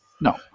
No